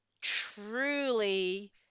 truly